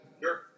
Sure